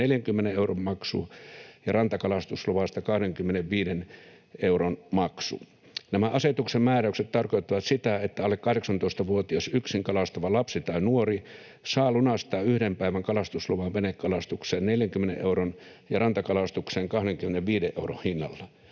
40 euron maksu ja rantakalastusluvasta 25 euron maksu.” Nämä asetuksen määräykset tarkoittavat sitä, että alle 18-vuotias yksin kalastava lapsi tai nuori saa lunastaa yhden päivän kalastusluvan venekalastukseen 40 euron ja rantakalastukseen 25 euron hinnalla.